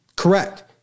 Correct